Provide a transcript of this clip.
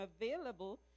available